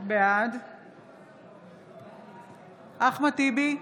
בעד בועז טופורובסקי, אינו נוכח אחמד טיבי,